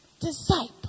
disciple